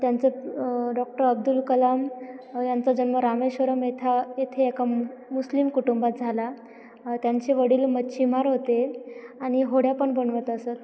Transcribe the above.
त्यांचं डॉक्टर अब्दुल कलाम यांचा जन्म रामेश्वरम येथा येथे एका मु मुस्लिम कुटुंबात झाला त्यांचे वडील मच्छीमार होते आणि होड्या पण बनवत असत